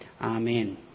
Amen